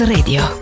Radio